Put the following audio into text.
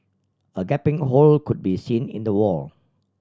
a gaping hole could be seen in the wall